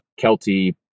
Kelty